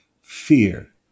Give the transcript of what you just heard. fear